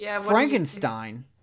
Frankenstein